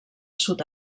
sud